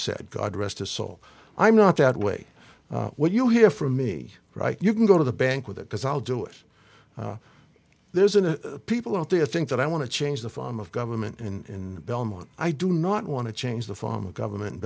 said god rest his soul i'm not that way what you hear from me right you can go to the bank with it because i'll do it there's a people out there think that i want to change the form of government in belmont i do not want to change the form of government